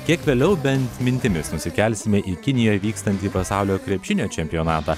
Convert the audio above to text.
kiek vėliau bent mintimis nusikelsime į kinijoje vykstantį pasaulio krepšinio čempionatą